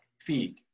Feed